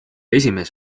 esimees